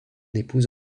épouse